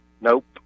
Nope